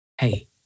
hey